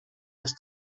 jest